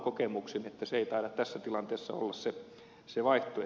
se ei taida tässä tilanteessa olla se vaihtoehto